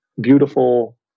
beautiful